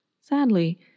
Sadly